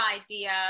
idea